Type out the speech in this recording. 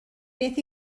beth